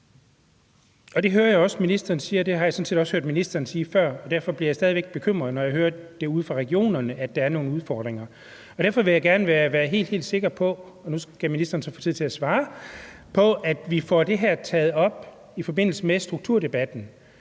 jeg sådan set også hørt ministeren sige før. Men derfor bliver jeg stadig væk bekymret, når jeg hører ude fra regionerne, at der er nogle udfordringer. Derfor vil jeg gerne være helt, helt sikker på – og nu skal ministeren så få tid til at